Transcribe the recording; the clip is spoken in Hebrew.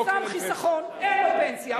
חיסכון, לא קרן פנסיה.